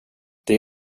det